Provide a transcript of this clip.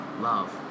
love